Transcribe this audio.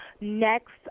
Next